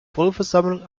vollversammlung